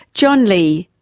john lee,